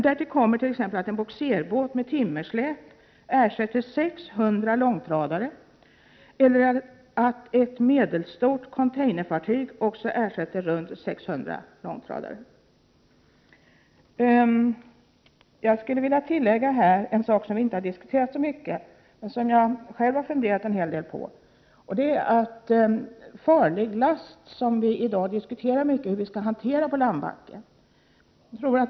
Därtill kommer t.ex. att en bogserbåt med timmersläp ersätter 600 långtradare eller att ett medelstort containerfartyg också ersätter runt 600 långtradare. Jag skulle vilja tillägga en sak som inte diskuterats så mycket men som jag själv funderat en hel del på. Vi diskuterar i dag hur vi skall hantera transport av farligt gods.